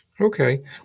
Okay